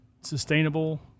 sustainable